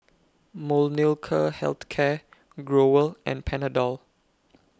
Molnylcke Health Care Growell and Panadol